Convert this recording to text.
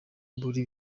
muri